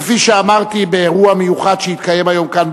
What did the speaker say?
כפי שאמרתי באירוע מיוחד שהתקיים היום כאן,